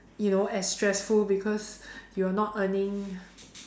you know as stressful because you are not earning